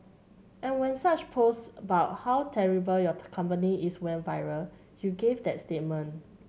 and when such post bout how terrible your company is went viral you gave that statement